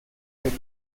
del